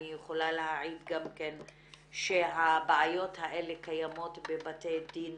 אני יכולה להעיד גם כן שהבעיות האלה קיימות בבתי דין